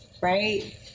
right